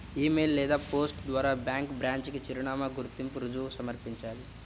ఇ mail లేదా post ద్వారా bank branch కి చిరునామా, గుర్తింపు రుజువు సమర్పించాలి